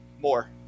more